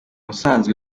usanzwe